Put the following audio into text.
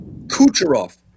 Kucherov